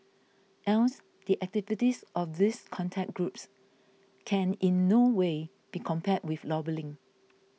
hence the activities of these contact groups can in no way be compared with lobbying